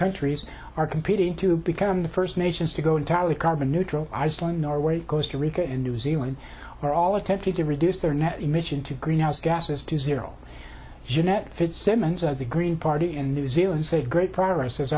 countries are competing to become the first nations to go entirely carbon neutral iceland norway costa rica and new zealand are all attempting to reduce their net emission to greenhouse gases to zero jeanette fitzsimons of the green party in new zealand said great progress has